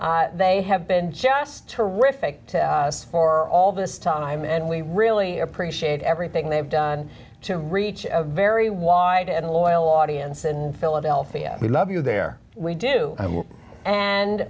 they have been just terrific to us for all this time and we really appreciate everything they have done to reach of very wide and loyal audience d in philadelphia we love you there we do and